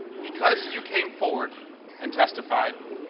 because you came forward and testified,